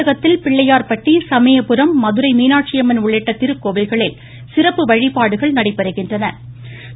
தமிழகத்தில் பிள்ளையார்பட்டி சமயபுரம் மதுரை மீனாட்சியம்மன் உள்ளிட்ட திருக்கோவில்களில் சிறப்பு வழிபாடுகள் நடைபெறுகின்றன